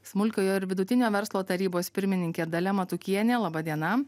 smulkiojo ir vidutinio verslo tarybos pirmininkė dalia matukienė laba diena